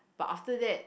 but after that